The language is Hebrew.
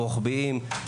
רוחביים,